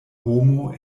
homo